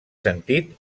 sentit